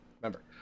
remember